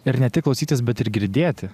ir ne tik klausytis bet ir girdėti